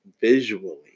visually